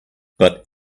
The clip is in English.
but